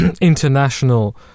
international